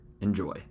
Enjoy